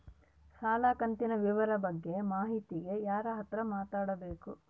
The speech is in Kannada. ಸಾಲ ಕಂತಿನ ವಿವರ ಬಗ್ಗೆ ಮಾಹಿತಿಗೆ ಯಾರ ಹತ್ರ ಮಾತಾಡಬೇಕು?